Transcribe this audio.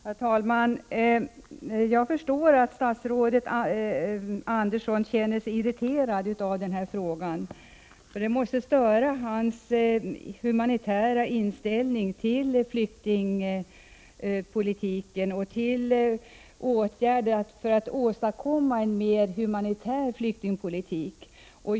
Herr talman! Jag förstår att statsrådet Andersson känner sig irriterad av den här frågan. Den måste störa hans humanitära inställning till flyktingpolitiken och till åtgärder för att åstadkomma en mer humanitär flyktingpolitik.